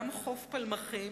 גם חוף פלמחים,